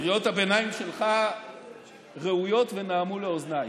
קריאות הביניים שלך ראויות ונעמו לאוזניי.